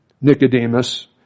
Nicodemus